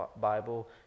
Bible